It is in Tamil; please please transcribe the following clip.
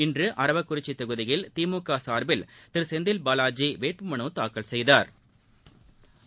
இன்று அரவங்குறிச்சி தொகுதியில் திமுக சாா்பில் திரு செந்தில் பாலாஜி வேட்புமனு தாக்கல் செய்தாா்